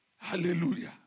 Hallelujah